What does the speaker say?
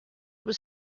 was